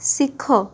ଶିଖ